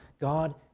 God